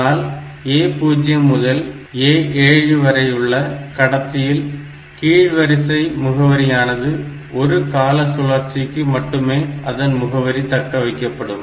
ஆனால் A0 முதல் A7 வரையுள்ள கடத்தியில் கீழ் வரிசை முகவரியனது ஒரு கால சுழற்சிக்கு மட்டுமே அதன் முகவரி தக்க வைக்கப்படும்